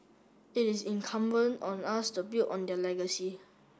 it is incumbent on us to build on their legacy